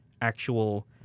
actual